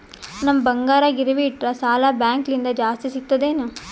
ನಮ್ ಬಂಗಾರ ಗಿರವಿ ಇಟ್ಟರ ಸಾಲ ಬ್ಯಾಂಕ ಲಿಂದ ಜಾಸ್ತಿ ಸಿಗ್ತದಾ ಏನ್?